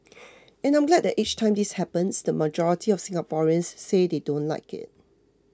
and I'm glad that each time this happens the majority of Singaporeans say they don't like it